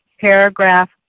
paragraph